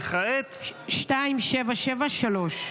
וכעת --- 2773.